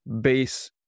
base